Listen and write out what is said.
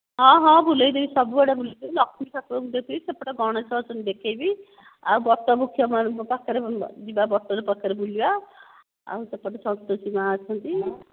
ହଁ ହଁ ବୁଲାଇଦେବି ସବୁଆଡ଼େ ବୁଲାଇଦେବି ଲକ୍ଷ୍ମୀ ଠାକୁରଙ୍କୁ ଦେଖାଇବି ସେପଟେ ଗଣେଶ ଅଛନ୍ତି ଦେଖାଇବି ଆଉ ବଟ ବୃକ୍ଷ ପାଖରେ ଯିବା ବଟରେ ବୁଲିବା ଆଉ ସେପଟେ ସନ୍ତୋଷୀ ମା ଅଛନ୍ତି